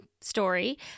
story